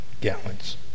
gallons